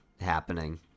happening